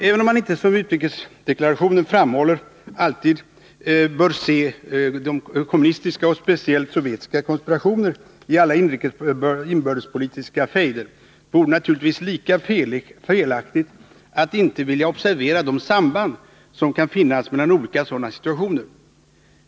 Även om man inte som utrikesdeklarationen framhåller alltid bör se kommunistiska och speciellt sovjetiska konspirationer i alla inbördespolitiska fejder, vore det naturligtvis lika felaktigt att inte vilja observera det samband som kan finnas mellan olika sådana situationer.